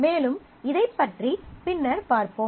மேலும் இதைப் பற்றி பின்னர் பார்ப்போம்